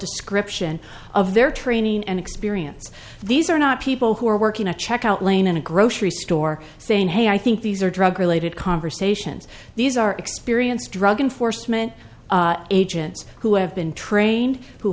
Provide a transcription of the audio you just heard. description of their training and experience these are not people who are working a checkout lane in a grocery store saying hey i think these are drug related conversations these are experienced drug enforcement agents who have been trained who